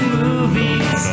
movies